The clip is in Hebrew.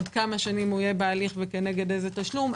עוד כמה שנים יהיה בהליך וכנגד איזה תשלום,